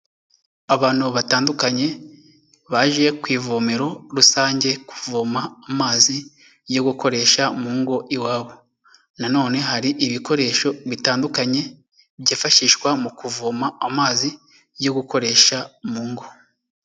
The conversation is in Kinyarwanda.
Abantu batandukanye baje ku ivomero rusange kuvoma amazi yo gukoresha mu ngo iwabo, na none hari ibikoresho bitandukanye byifashishwa mu kuvoma amazi yo gukoresha mu ngo.